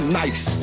nice